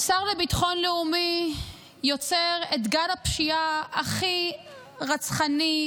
שר לביטחון לאומי יוצר את גל הפשיעה הכי רצחני,